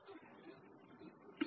ds Stokestheorem v